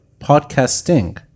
podcasting